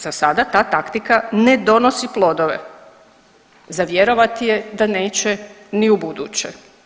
Za sada za taktika ne donosi plodove, za vjerovati je da neće ni u buduće.